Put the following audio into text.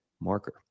marker